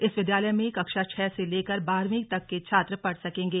इस विद्यालय में कक्षा छह से लेकर बारहवीं तक के छात्र पढ़ सकेंगे